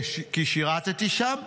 כי שירתי שם.